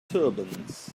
turbans